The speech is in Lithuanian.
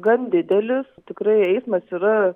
gan didelis tikrai eismas yra